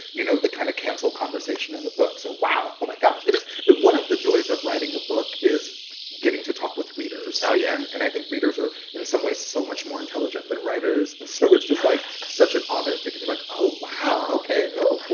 you know, the kind of cancel conversation and the book, so wow. oh, my gosh. it is one of the joys of writing a book is getting to talk with readers oh, yeah and i think readers are, in some ways, so much more intelligent than writers, and so it's just, like, such an honor to like oh, wow. ok. ooh,